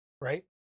Right